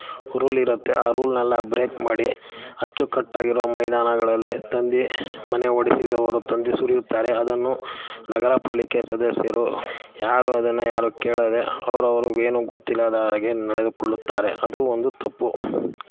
rule ಇರುತ್ತೆ ಆ ರೂಲನ್ನೆಲ್ಲ ಬ್ರೇಕ್ ಮಾಡಿ ಅಚ್ಚು ಕಟ್ಟಾಗಿರೋ ಮೈದಾನಗಳಲ್ಲಿ ತಂದು ಮನೆ ಒಡೆಸಿದವರು ತಂದು ಸುರಿಯುತ್ತಾರೆ ಅದನ್ನು ನಗರ ಪಾಲಿಕೆ ಸದಸ್ಯರು ಯಾರೂ ಅದನ್ನು ಯಾರೂ ಕೇಳದೆ ಅವರವರು ಏನೂ ಗೊತ್ತಿಲ್ಲದ ಹಾಗೆ ನಡೆದುಕೊಳ್ಳುತ್ತಾರೆ ಅದು ಒಂದು ತಪ್ಪು